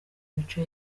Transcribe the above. imico